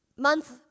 Month